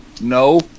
No